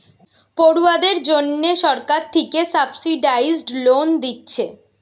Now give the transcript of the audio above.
পড়ুয়াদের জন্যে সরকার থিকে সাবসিডাইস্ড লোন দিচ্ছে